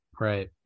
right